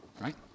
Right